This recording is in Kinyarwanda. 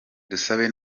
dusabe